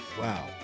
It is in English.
Wow